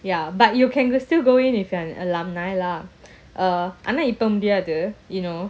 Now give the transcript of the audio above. ya but you can still go in if you are an alumni lah uh ஆனாஇப்போமுடியாது:ana ipo mudiathu you know